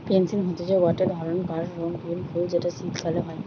pansy হতিছে গটে ধরণকার রঙ্গীন ফুল যেটা শীতকালে হই